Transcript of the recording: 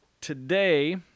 today